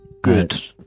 Good